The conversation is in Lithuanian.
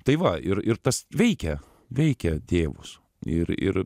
tai va ir ir tas veikia veikia tėvus ir ir